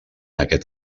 aquest